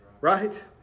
right